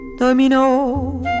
Domino